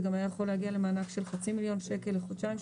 זה היה יכול להגיע גם למענק של חצי מיליון שקל לחודשיים,